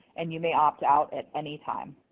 and you may opt out at any time.